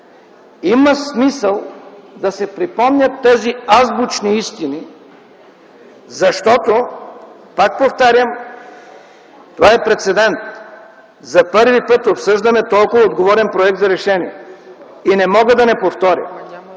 Има смисъл да се припомнят тези азбучни истини, защото пак повтарям, това е прецедент. За първи път обсъждаме толкова отговорен проект за решение и не мога да не повторя,